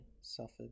suffered